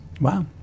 Wow